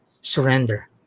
surrender